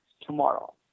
tomorrow